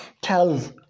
tells